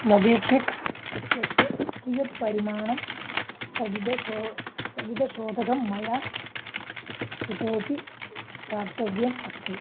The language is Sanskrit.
मोबिक्विक् इत्यस्य कियत् परिमाणं स्थगितं शो स्थगितं शोधकं मया इतोऽपि प्राप्तव्यम् अस्ति